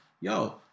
yo